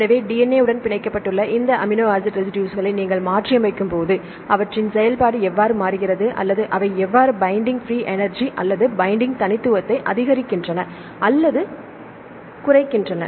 எனவே DNA உடன் பிணைக்கப்பட்டுள்ள இந்த அமினோ ஆசிட் ரெசிடுஸ்களை நீங்கள் மாற்றியமைக்கும்போது அவற்றின் செயல்பாடு எவ்வாறு மாறுகிறது அல்லது அவை எவ்வாறு பைண்டிங் பிரீ எனர்ஜி அல்லது பைண்டிங் தனித்துவத்தை அதிகரிக்கின்றன அல்லது குறைக்கின்றன